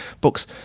books